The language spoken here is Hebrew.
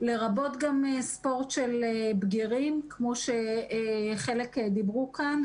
לרבות גם ספורט של בגירים כמו שחלק דיברו כאן,